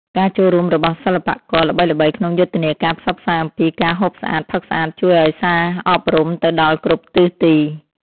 ការចូលរួមរបស់សិល្បករល្បីៗក្នុងយុទ្ធនាការផ្សព្វផ្សាយអំពីការហូបស្អាតផឹកស្អាតជួយឱ្យសារអប់រំទៅដល់គ្រប់ទិសទី។